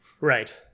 Right